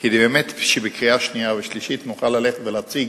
כדי שבאמת נוכל להציג